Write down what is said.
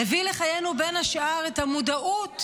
הביא לחיינו, בין השאר, את המודעות